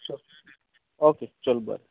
चल ऑके चल बरें